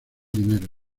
dinero